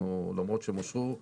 למרות שהם אושרו,